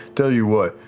tell you what,